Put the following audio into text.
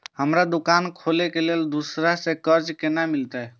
हमरा दुकान खोले के लेल दूसरा से कर्जा केना मिलते?